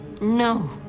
No